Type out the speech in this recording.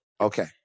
Okay